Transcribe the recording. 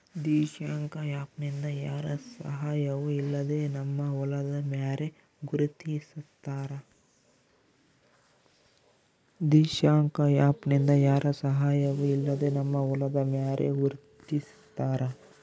Dishank app ನಿಂದ ಯಾರ ಸಹಾಯವೂ ಇಲ್ಲದೆ ನಮ್ಮ ಹೊಲದ ಮ್ಯಾರೆ ಗುರುತಿಸ್ತಾರ